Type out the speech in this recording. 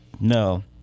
No